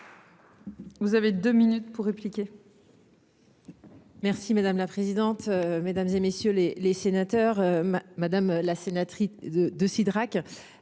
Vous avez 2 minutes pour répliquer.